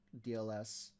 DLS